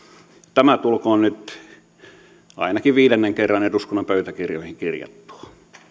tämä tulkoon nyt ainakin viidennen kerran eduskunnan pöytäkirjoihin kirjattua